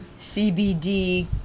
CBD